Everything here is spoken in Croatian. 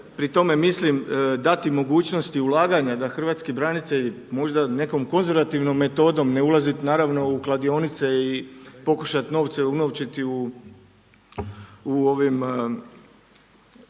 Pri tome mislim dati mogućnosti ulaganja da hrvatski branitelji možda nekom konzervativnom metodom ne ulazit naravno u kladionice i pokušat novce unovčiti u ovim